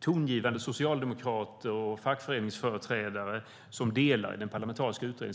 Tongivande socialdemokrater och fackföreningsföreträdare sitter med i den parlamentariska utredningen.